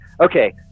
okay